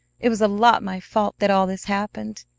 it was a lot my fault that all this happened.